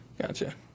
Gotcha